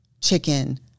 chicken